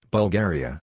Bulgaria